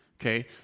Okay